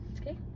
okay